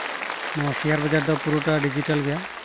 ᱱᱚᱣᱟ ᱥᱮᱭᱟᱨ ᱵᱟᱡᱟᱨ ᱫᱚ ᱯᱩᱨᱟᱹᱴᱟ ᱰᱤᱡᱤᱴᱟᱞ ᱜᱮᱭᱟ